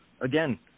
again